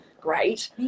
great